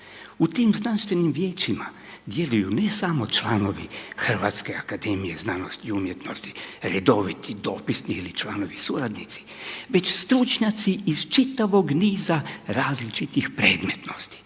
U tim znanstvenim vijećima djeluju ne samo članovi HAZU redoviti, dopisni ili članovi suradnici, već stručnjaci iz čitavog niza različitih predmetnosti.